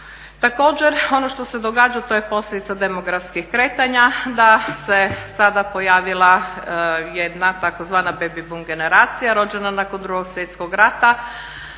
Također ono što se događa to je posljedica demografskih kretanja da se sada pojavila jedna tzv. baby bum generacija rođena nakon Drugog svjetskog rata.